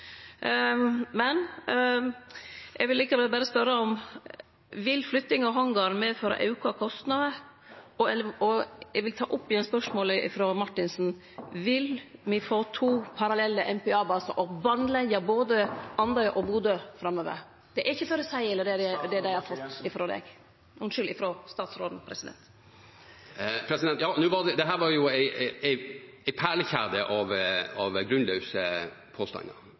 Men eg vil likevel berre spørje: Vil flyttinga av hangaren medføre auka kostnader? Og eg vil ta opp igjen spørsmålet frå Marthinsen: Vil me få to parallelle MPA-basar og bandleggje både Andøya og Bodø framover? Det er ikkje føreseieleg frå statsråden. Dette var et perlekjede av grunnløse påstander,